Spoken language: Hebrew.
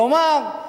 כלומר,